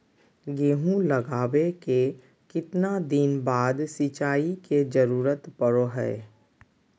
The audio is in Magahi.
गेहूं लगावे के कितना दिन बाद सिंचाई के जरूरत पड़ो है?